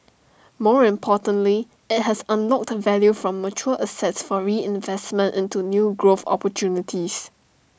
more importantly IT has unlocked value from mature assets for reinvestment into new growth opportunities